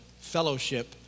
fellowship